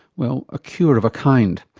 well, a cure of a kind.